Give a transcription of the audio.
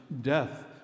Death